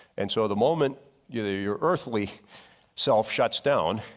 and so, the moment either your earthly self shuts down.